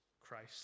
Christ